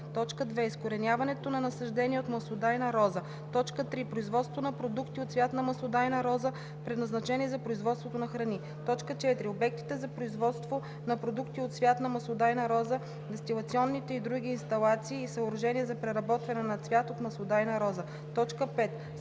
роза; 2. изкореняването на насаждения от маслодайна роза; 3. производството на продукти от цвят на маслодайна роза, предназначени за производство на храни; 4. обектите за производство на продукти от цвят на маслодайна роза, дестилационните и другите инсталации и съоръжения за преработване на цвят от маслодайна роза; 5.